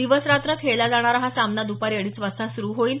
दिवसरात्र खेळला जाणारा हा सामना दुपारी अडीच वाजता सुरू होईल